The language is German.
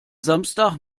samstag